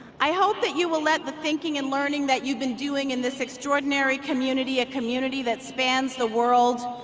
i hope that you will let the thinking and learning that you've been doing in this extraordinary community, a community that spans the world,